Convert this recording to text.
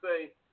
say